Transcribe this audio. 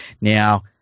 Now